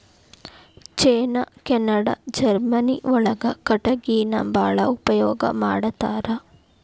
ಚೇನಾ Canada Germany ಒಳಗ ಕಟಗಿನ ಬಾಳ ಉಪಯೋಗಾ ಮಾಡತಾರ